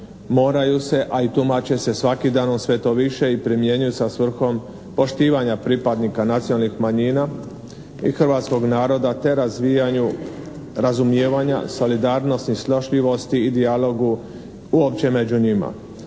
moraju se a i tumače se svakim danom sve to više i primjenjuju sa svrhom poštivanja pripadnika nacionalnih manjina i hrvatskog naroda te razvijanju razumijevanja solidarnosti i snošljivosti i dijalogu uopće među njima.